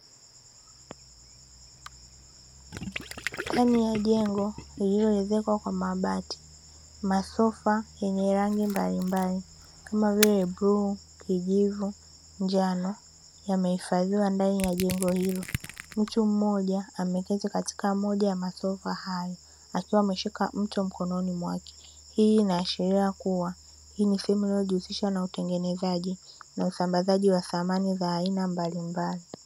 Ndani ya jengo lililoezekwa kwa mabati, masofa yenye rangi mbalimbali, kama vile: bluu, kijivu, njano; yamehifadhiwa ndani ya jengo hilo. Mtu mmoja ameketi katika moja ya masofa hayo, akiwa ameshika mto mkononi mwake. Hii inaashiria kuwa hii ni sehemu inayojihusisha na utengenezaji na usambazaji wa samani za aina mbalimbali.